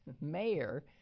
mayor